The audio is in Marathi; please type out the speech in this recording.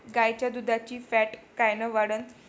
गाईच्या दुधाची फॅट कायन वाढन?